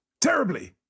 terribly